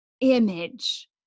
image